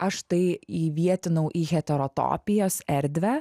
aš tai įvietinau į heterotopijos erdvę